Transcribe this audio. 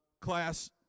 class